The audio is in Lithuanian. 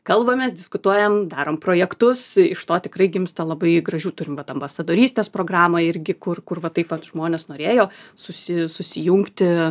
kalbamės diskutuojam darom projektus iš to tikrai gimsta labai gražių turim vat ambasadorystės programą irgi kur kur va taip vat žmonės norėjo susi susijungti